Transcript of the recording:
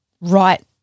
right